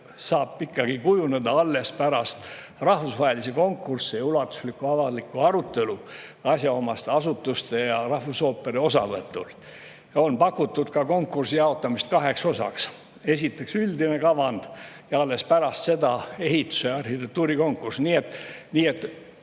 saab kujuneda alles pärast rahvusvahelisi konkursse ja ulatuslikku avalikku arutelu asjaomaste asutuste ja rahvusooperi osavõtul. On pakutud konkursi jaotamist kaheks osaks. Esiteks, üldine kavand ja alles pärast seda ehitus- ja arhitektuurikonkurss. Nii et